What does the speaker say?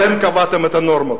אתם קבעתם את הנורמות.